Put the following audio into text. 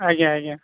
ଆଜ୍ଞା ଆଜ୍ଞା